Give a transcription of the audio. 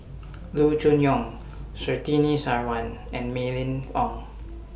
Loo Choon Yong Surtini Sarwan and Mylene Ong